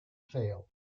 fail